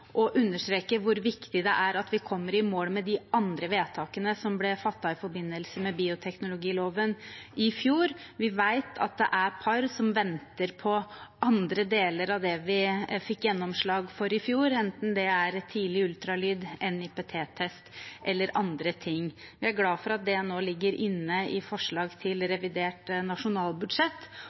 understreke hvor viktig det er at vi kommer i mål med de andre vedtakene som ble fattet i forbindelse med bioteknologiloven i fjor. Vi vet at det er par som venter på andre deler av det vi fikk gjennomslag for i fjor, enten det er tidlig ultralyd, NIPT-test eller andre ting. Vi er glad for at det nå ligger inne i forslag til revidert nasjonalbudsjett,